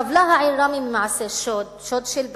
סבלה העיר ראמה ממעשי שוד, שוד של בתים,